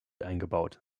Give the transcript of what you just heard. eingebaut